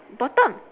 bottom